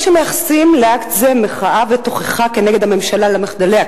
יש המייחסים לאקט זה מחאה ותוכחה כנגד הממשלה על מחדליה,